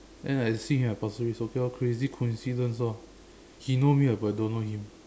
then I see him so it's a pure crazy coincidence orh he knows me but I don't know him